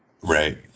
Right